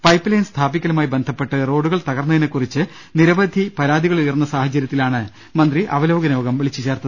pipe line സ്ഥാപിക്കലുമായി ബന്ധപ്പെട്ട് റോഡുകൾ തകർന്നതി നെകുറിച്ച് നിരവധി പരാതികൾ ഉയർന്ന സാഹചര്യത്തിലാണ് മന്ത്രി അവലോകന യോഗം വിളിച്ചു ചേർത്തത്